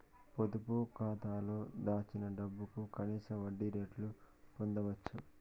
పొదుపు కాతాలో దాచిన డబ్బుకు కనీస వడ్డీ రేటు పొందచ్చు